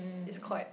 it's quite